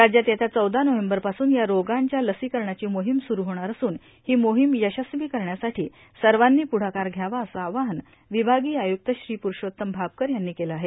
राज्यात येत्या चौदा नोव्हेंबरपासून या रोगांच्या लसीकरणाची मोहीम सुरू होणार असून ही मोहीम यशस्वी करण्यासाठी सर्वानी पुढाकार घ्यावा असं आवाहन विभागीय आयुक्त श्री पुरूषोत्तम भापकर यांनी केलं आहे